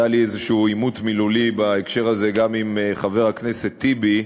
היה לי איזה עימות מילולי בהקשר הזה גם עם חבר הכנסת טיבי.